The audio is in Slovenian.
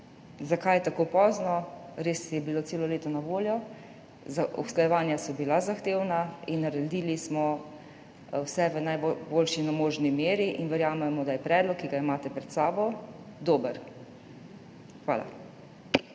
Zakaj tako pozno? Res je bilo celo leto na voljo, usklajevanja so bila zahtevna, naredili smo vse v najboljši možni meri in verjamemo, da je predlog, ki ga imate pred sabo, dober. Hvala.